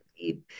deep